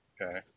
Okay